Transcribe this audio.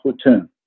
platoon